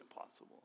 impossible